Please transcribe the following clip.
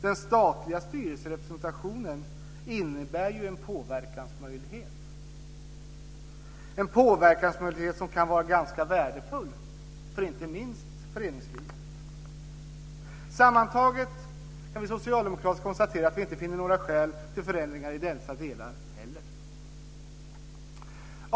Den statliga styrelserepresentationen innebär ju en påverkansmöjlighet - en påverkansmöjlighet som kan vara ganska värdefull inte minst för föreningslivet. Sammantaget kan vi socialdemokrater konstatera att vi inte kan finna några skäl till förändringar i dessa delar heller.